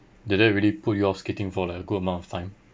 did that really put you off skating for like a good amount of time